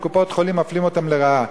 בקופות-חולים מפלים אותן לרעה.